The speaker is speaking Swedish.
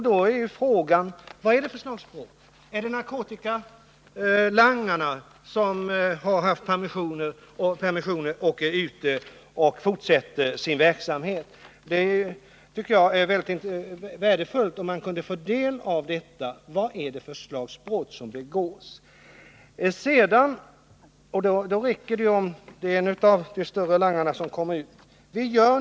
Då är frågan: Vad är det för slags brott? Är det narkotikalangare som är ute och fortsätter sin verksamhet? Det vore värdefullt om man kunde få veta vad det är för slags brott som begås under permissioner. Det räcker ju om det är en av de större langarna som kommer ut för att stora skadeverkningar skall uppstå.